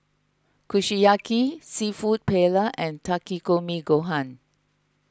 Kushiyaki Seafood Paella and Takikomi Gohan